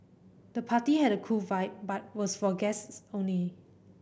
the party had a cool vibe but was for guests only